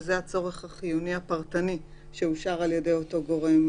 תקנה 3(א)(1)(ו) זה הצורך החיוני הפרטני שאושר על ידי אותו גורם,